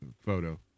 photo